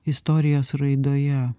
istorijos raidoje